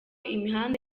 imihanda